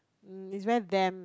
it's very damp